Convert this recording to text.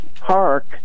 Park